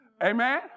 Amen